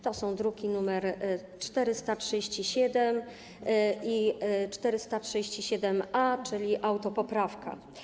To są druki nr 437 i 437-A, czyli autopoprawka.